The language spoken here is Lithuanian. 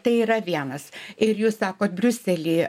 tai yra vienas ir jūs sakot briusely